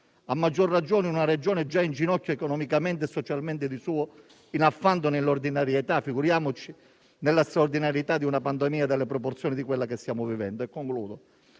a maggior ragione in una Regione già in ginocchio economicamente e socialmente, in affanno di suo nell'ordinarietà, figuriamoci nella straordinarietà di una pandemia dalle proporzioni di quella che stiamo vivendo.